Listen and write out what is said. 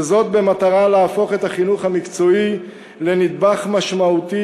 וזאת במטרה להפוך את החינוך המקצועי לנדבך משמעותי